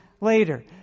later